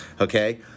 Okay